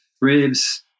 ribs